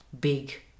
big